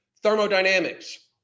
Thermodynamics